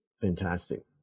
Fantastic